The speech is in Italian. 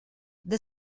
the